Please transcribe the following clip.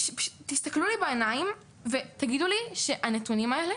תסתכלו לי בעיניים ותגידו לי שהנתונים האלה